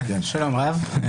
שלום רב,